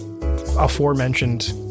aforementioned